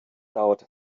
dauert